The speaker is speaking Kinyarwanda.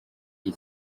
iyi